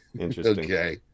Okay